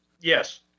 Yes